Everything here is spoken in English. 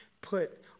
put